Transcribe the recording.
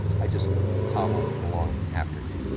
i just toddled along after him.